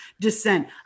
dissent